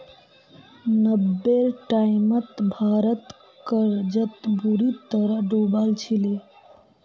नब्बेर टाइमत भारत कर्जत बुरी तरह डूबाल छिले